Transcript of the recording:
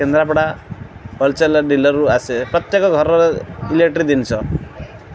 Kendrapara wholesale dealer ରୁ ଆସେ ପ୍ରତ୍ୟେକ ଘରର ଇଲେକ୍ଟଟ୍ରି ଜିନିଷ